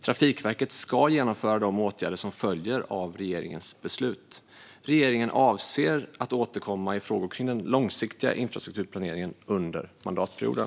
Trafikverket ska genomföra de åtgärder som följer av regeringens beslut. Regeringen avser att återkomma i frågor kring den långsiktiga infrastrukturplaneringen under mandatperioden.